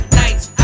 nights